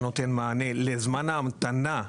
שנותן מענה לזמן ההמתנה,